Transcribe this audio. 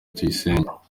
tuyisenge